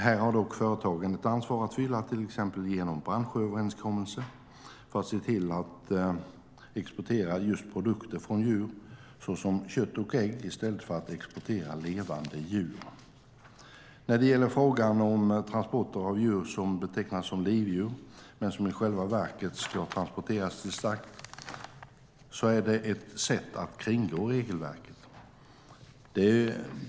Här har dock företagen ett ansvar att fylla, till exempel genom branschöverenskommelser, för att se till att exportera just produkter från djur, såsom kött och ägg, i stället för att exportera levande djur. När det gäller frågan om transporter av djur som betecknas som livdjur men som i själva verket ska transporteras till slakt är detta ett sätt att kringgå regelverket.